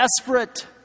desperate